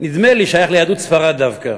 נדמה לי, שייך ליהדות ספרד דווקא.